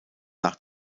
nach